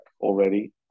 already